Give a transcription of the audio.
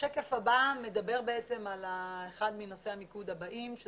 השקף הבא מדבר על אחד מנושאי המיקוד הבאים שהוא